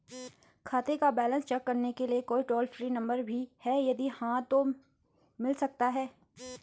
खाते का balance check करने के लिए कोई टॉल फ्री नम्बर भी है यदि हाँ तो मिल सकता है?